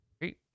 Great